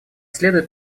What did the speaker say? следует